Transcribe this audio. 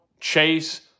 Chase